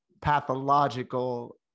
pathological